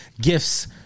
gifts